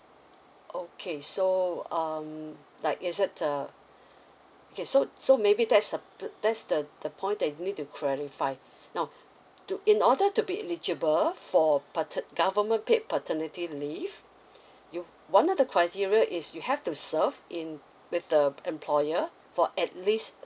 okay so um like is it uh okay so so maybe that's the p~ that's the the point that you need to clarify now to in order to be eligible for pater~ government paid paternity leave you one of the criteria is you have to serve in with the employer for at least